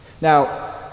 Now